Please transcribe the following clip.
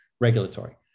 regulatory